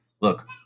Look